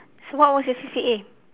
so what was your C_C_A